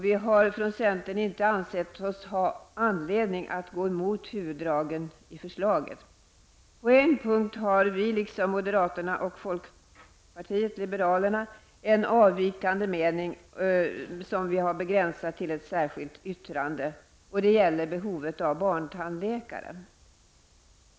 Vi har i centern inte ansett oss ha anledning att gå emot huvuddragen i förslaget. På en punkt har vi, liksom moderaterna och folkpartiet liberalerna, en avvikande mening, som vi har begränsat till ett särskilt yttrande. Det gäller behovet av barntandläkare.